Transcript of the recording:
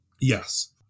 Yes